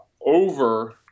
over